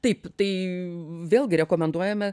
taip tai vėlgi rekomenduojame